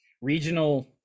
regional